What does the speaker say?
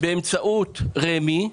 באמצעות רמ"י,